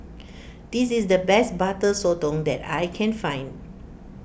this is the best Butter Sotong that I can find